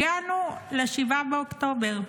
הגענו ל-7 באוקטובר.